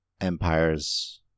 empires